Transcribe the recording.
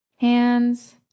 hands